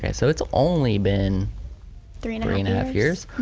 and so it's only been three and a i mean half years.